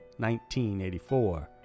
1984